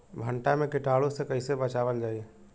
भनटा मे कीटाणु से कईसे बचावल जाई?